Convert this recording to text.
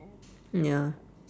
ya